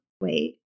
wait